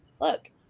Look